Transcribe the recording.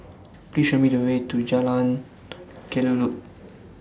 Please Show Me The Way to Jalan Kelulut